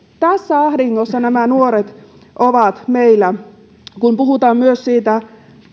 tässä ahdingossa nämä nuoret meillä ovat myös kun puhutaan siitä